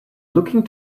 looking